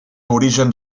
origen